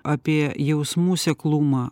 apie jausmų seklumą